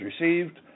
received